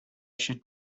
should